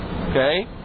Okay